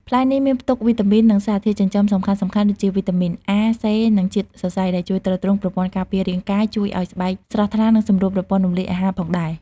ផ្លែនេះមានផ្ទុកវីតាមីន និងសារធាតុចិញ្ចឹមសំខាន់ៗដូចជា វីតាមីន អា សេ និង ជាតិសរសៃ ដែលជួយទ្រទ្រង់ប្រព័ន្ធការពាររាងកាយ ជួយឱ្យស្បែកស្រស់ថ្លា និងសម្រួលប្រព័ន្ធរំលាយអាហារផងដែរ។